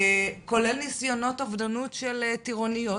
כולל ניסיונות אובדניות של טירוניות,